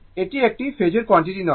এটি একটি phasor quantity নয়